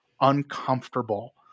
uncomfortable